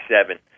seven